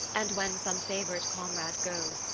and when some favourite comrade goes,